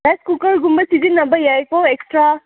rice ꯀꯨꯀꯔꯒꯨꯝꯕ ꯁꯤꯖꯤꯟꯅꯕ ꯌꯥꯏꯀꯣ ꯑꯦꯛꯁꯇ꯭ꯔꯥ